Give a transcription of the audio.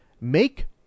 make